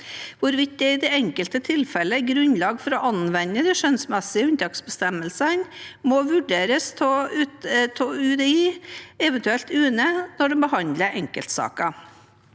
Hvorvidt det i det enkelte tilfellet er grunnlag for å anvende de skjønnsmessige unntaksbestemmelsene, må vurderes av UDI, eventuelt UNE, når de behandler enkeltsakene.